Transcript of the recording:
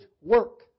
work